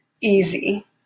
easy